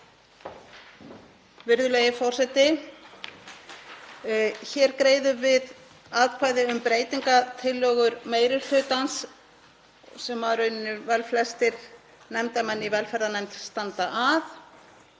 Virðulegi forseti. Hér greiðum við atkvæði um breytingartillögur meiri hlutans, sem í rauninni velflestir nefndarmenn í velferðarnefnd standa að,